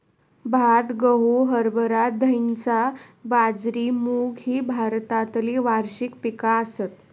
भात, गहू, हरभरा, धैंचा, बाजरी, मूग ही भारतातली वार्षिक पिका आसत